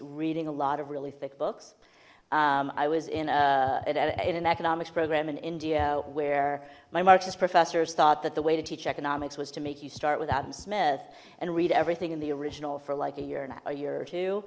reading a lot of really thick books i was in a in an economics program in india where my marxist professors thought that the way to teach economics was to make you start with adam smith and read everything in the original for like a year now a year or two